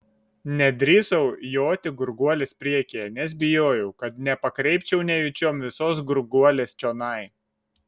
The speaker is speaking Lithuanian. nedrįsau joti gurguolės priekyje nes bijojau kad nepakreipčiau nejučiom visos gurguolės čionai